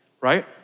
right